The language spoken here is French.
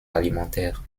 alimentaires